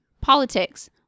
Politics